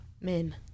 men